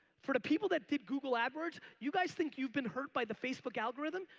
for the people that did google adwords you guys think you've been hurt by the facebook algorithm.